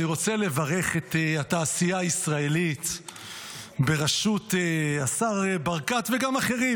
אני רוצה לברך את התעשייה הישראלית בראשות השר ברקת וגם אחרים.